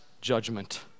judgment